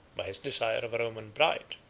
by his desire of a roman bride.